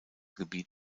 gebiet